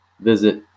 Visit